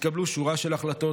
נתקבלו שורה של החלטות,